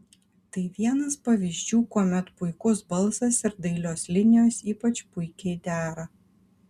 tai vienas pavyzdžių kuomet puikus balsas ir dailios linijos ypač puikiai dera